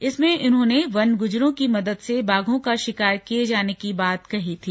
इसमें उन्होंने वन गूजरों की मदद से बाघों का शिकार किए जाने की बात कही थी